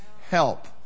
help